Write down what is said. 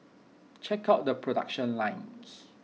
check out the production lines